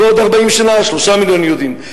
ובעוד 40 שנה 3 מיליון יהודים,